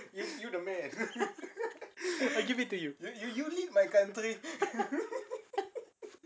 I give it to you